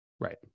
Right